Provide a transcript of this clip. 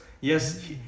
yes